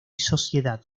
sociedad